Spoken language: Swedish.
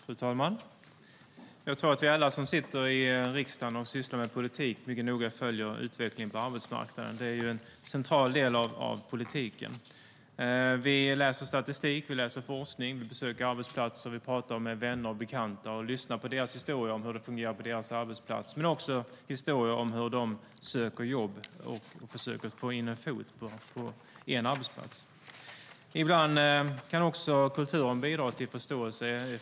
Fru talman! Jag tror att vi alla som sitter i riksdagen och sysslar med politik mycket noga följer utvecklingen på arbetsmarknaden. Det är en central del av politiken. Vi läser statistik, vi läser forskning, vi besöker arbetsplatser, vi pratar med vänner och bekanta och lyssnar på deras historier om hur det fungerar på deras arbetsplats men också historier om hur de söker jobb och försöker få in en fot på en arbetsplats. Ibland kan kulturen bidra till förståelse.